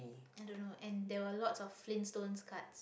I don't know and there were lots of flintstones cards